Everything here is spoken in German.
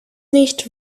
nicht